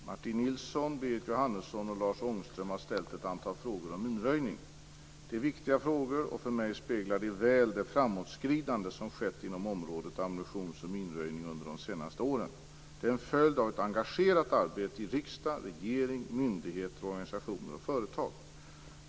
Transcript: Fru talman! Då ber jag att raskt få läsa upp svaret. och Lars Ångström har ställt ett antal frågor om minröjning. Det är viktiga frågor och för mig speglar de väl det framåtskridande som skett inom området ammunitions och minröjning under de senaste åren. Det är en följd av ett engagerat arbete i riksdag, regering, myndigheter, organisationer och företag.